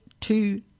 two